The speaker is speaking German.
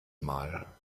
mal